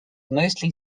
mostly